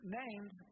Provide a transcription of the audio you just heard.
named